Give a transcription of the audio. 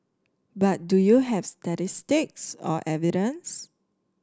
but do you have statistics or evidence